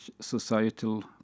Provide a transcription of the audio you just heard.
societal